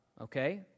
Okay